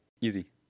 Easy